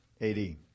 AD